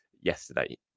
yesterday